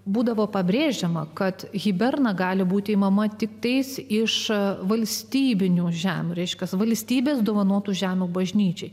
būdavo pabrėžiama kad hiberna gali būti imama tik tais iš valstybinių žemių reiškiasi valstybės dovanotų žemių bažnyčiai